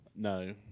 No